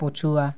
ପଛୁଆ